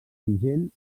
vigent